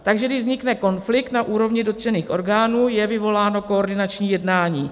Takže když vznikne konflikt na úrovni dotčených orgánů, je vyvoláno koordinační jednání.